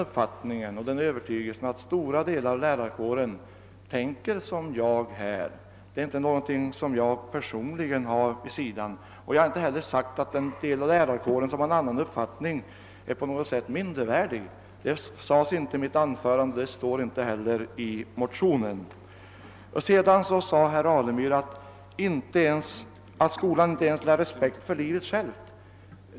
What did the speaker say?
Jag har den övertygelsen att stora delar av lärarkåren tänker som jag i dessa frågor. Jag har inte heller sagt att den del av lärarkåren som har annan uppfattning på något sätt är mindervärdig; det sades inte i mitt anförande, och det står inte heller i motionen. Sedan påstod herr Alemyr att jag skulle ha sagt att skolan inte ens lär ut respekt för livet självt.